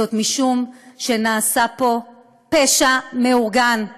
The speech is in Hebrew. זאת משום שנעשה פה פשע מאורגן,